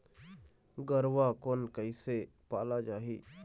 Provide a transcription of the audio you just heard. गरवा कोन कइसे पाला जाही?